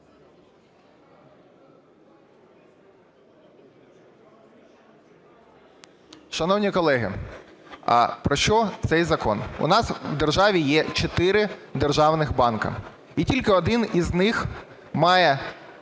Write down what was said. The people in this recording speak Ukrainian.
Шановні колеги, а про що цей закон? У нас в державі є чотири державних банки, і тільки один законопроект